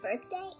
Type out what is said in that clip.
birthday